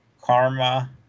Karma